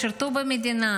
הם שירתו במדינה,